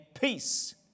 peace